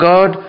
God